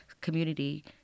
community